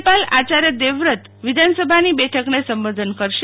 રાજયપાલ આચાર્ય દેવવ્રત વિધાનસભાની બેઠકને સંબોધન કરશે